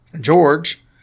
George